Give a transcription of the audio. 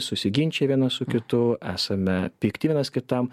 susiginčiję vienas su kitu esame pikti vienas kitam